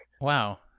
Wow